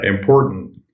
important